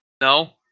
No